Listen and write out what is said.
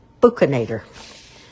Buchanator